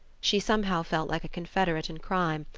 she somehow felt like a confederate in crime,